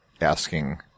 asking